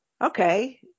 okay